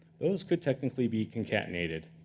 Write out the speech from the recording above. those could technically be concatenated,